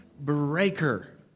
breaker